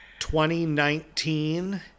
2019